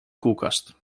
koelkast